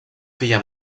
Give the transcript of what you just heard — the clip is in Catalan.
filla